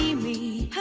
me